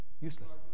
Useless